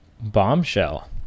bombshell